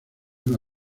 una